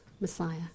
Messiah